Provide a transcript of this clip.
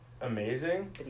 amazing